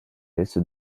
est